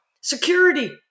Security